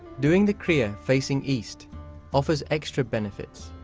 doing the kriya facing east offers extra benefits.